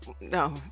No